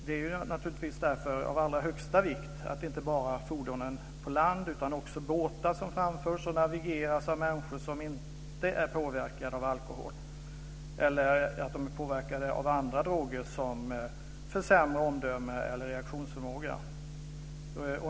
Det är naturligtvis därför av allra största vikt att inte bara fordonen på land utan också båtarna framförs och navigeras av människor som inte är påverkade av alkohol eller av andra droger som försämrar omdöme eller reaktionsförmåga.